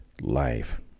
life